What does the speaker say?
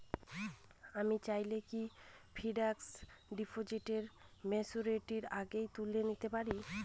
আমি চাইলে কি ফিক্সড ডিপোজিট ম্যাচুরিটির আগেই তুলে নিতে পারি?